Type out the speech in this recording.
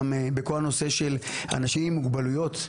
גם בכל הנושא של אנשים עם מוגבלויות,